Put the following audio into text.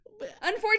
Unfortunately